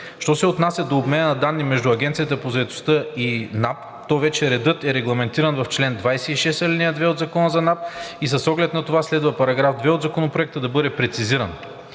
Що се отнася до обмена на данни между Агенцията по заетостта и НАП, то вече редът е регламентиран в чл. 26, ал. 2 от Закона за НАП и с оглед на това следва § 2 от Законопроекта да бъде прецизиран.